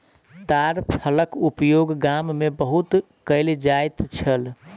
ताड़ फलक उपयोग गाम में बहुत कयल जाइत छल